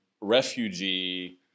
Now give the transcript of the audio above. Refugee